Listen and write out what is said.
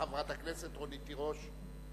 חברת הכנסת רונית תירוש.